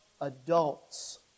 adults